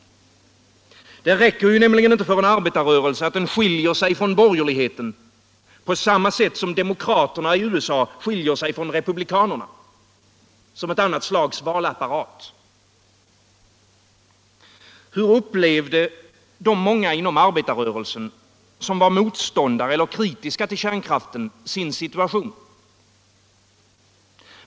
Det räcker nämligen inte för en arbetarrörelse att den skiljer sig från borgerligheten på samma sätt som demokraterna i USA skiljer sig från republikanerna - som ett annat slags valapparat. Hur upplevde de många inom arbetarrörelsen som var motståndare eller kritiska till kärnkraften sin situation?